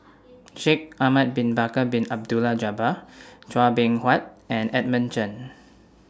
Shaikh Ahmad Bin Bakar Bin Abdullah Jabbar Chua Beng Huat and Edmund Chen